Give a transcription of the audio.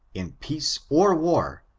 in peace or war,